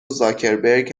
زاکبرک